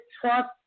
trust